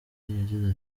yagize